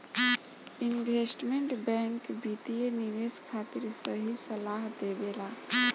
investment bank वित्तीय निवेश खातिर सही सलाह देबेला